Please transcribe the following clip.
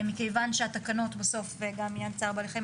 מכיוון שהתקנות בסוף וגם עניין צער בעלי חיים,